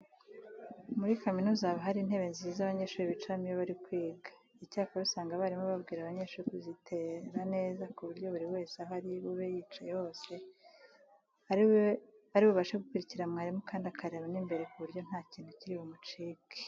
Muri kaminuza haba hari intebe nziza abanyeshuri bicaramo iyo bari kwiga. Icyakora usanga abarimu babwira abanyeshuri kuzitera neza ku buryo buri wese aho ari bube yicaye hose ari bubashe gukurikira mwarimu kandi akareba n'imbere ku buryo nta kintu kiri bumucike.